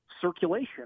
circulation